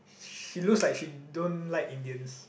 she looks like she don't like Indians